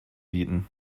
bieten